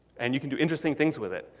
and you can do interesting things with it.